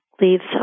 leaves